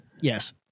Yes